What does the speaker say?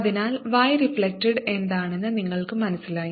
അതിനാൽ y reflected എന്താണെന്ന് നിങ്ങൾക്ക് മനസ്സിലായി